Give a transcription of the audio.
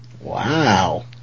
wow